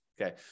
Okay